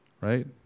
Right